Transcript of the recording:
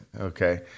Okay